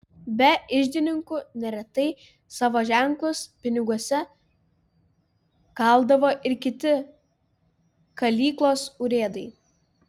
be iždininkų neretai savo ženklus piniguose kaldavo ir kiti kalyklos urėdai